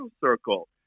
circle